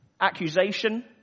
accusation